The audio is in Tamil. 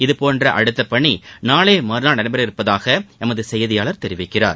இதபோன்ற அடுத்த பணி நாளை மறுநாள் நடைபெற உள்ளதாக எமது செய்தியாளர் தெரிவிக்கிறார்